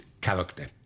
character